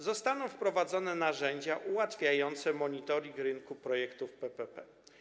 Zostaną wprowadzone narzędzia ułatwiające monitoring rynku projektów PPP.